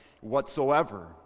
whatsoever